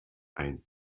ein